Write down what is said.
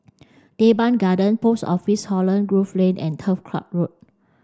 Teban Garden Post Office Holland Grove Lane and Turf Ciub Road